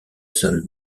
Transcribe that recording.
seuls